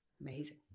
Amazing